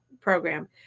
program